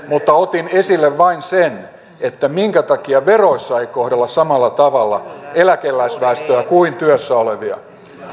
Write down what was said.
mutta otin esille vain sen minkä takia veroissa ei kohdella samalla tavalla eläkeläisväestöä kuin työssä olevia